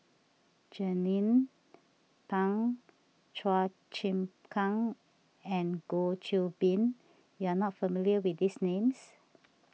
Jernnine Pang Chua Chim Kang and Goh Qiu Bin you are not familiar with these names